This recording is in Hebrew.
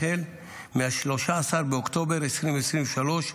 החל מ-13 באוקטובר 2023,